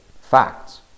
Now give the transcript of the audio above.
facts